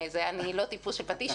דקות,